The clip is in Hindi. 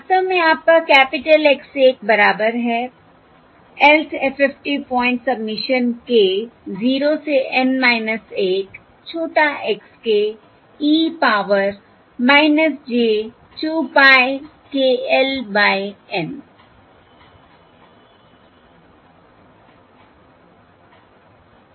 वास्तव में आपका कैपिटल X l बराबर है lth FFT point summation k 0 से N 1 छोटा x k e power j 2 pie k l by N